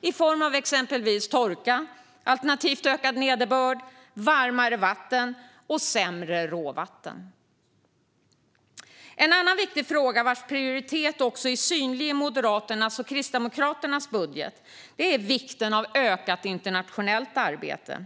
i form av exempelvis torka alternativt ökad nederbörd, varmare vatten och sämre råvatten. En annan viktig fråga vars prioritet också är synlig i Moderaternas och Kristdemokraternas budget är vikten av ökat internationellt arbete.